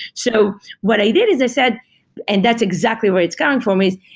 so what i did is i said and that's exactly where it's coming from, is,